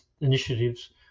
initiatives